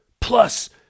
Plus